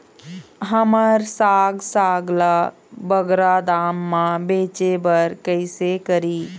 हमर साग साग ला बगरा दाम मा बेचे बर कइसे करी?